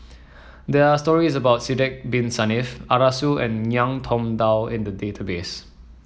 there are stories about Sidek Bin Saniff Arasu and Ngiam Tong Dow in the database